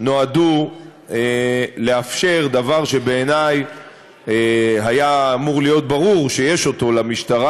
נועדו לאפשר דבר שבעיני היה אמור להיות ברור שיש אותו למשטרה,